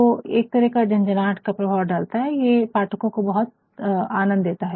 तो ये तरह का झनझनात का प्रभाव डालते है और ये पाठको बहुत आनंद देता है